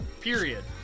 Period